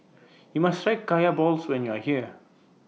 YOU must Try Kaya Balls when YOU Are here